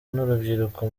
n’urubyiruko